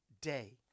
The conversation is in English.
day